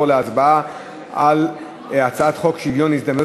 אנחנו נעבור להצבעה על הצעת חוק שוויון ההזדמנויות